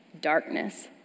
darkness